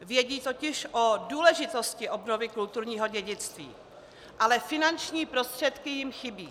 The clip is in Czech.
Vědí totiž o důležitosti obnovy kulturního dědictví, ale finanční prostředky jim chybí.